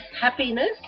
happiness